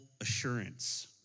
assurance